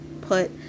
put